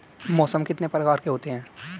मौसम कितने प्रकार के होते हैं?